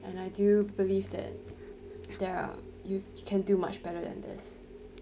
and I do believe that there are you can do much better than this